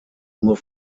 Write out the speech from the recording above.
nur